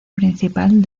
principal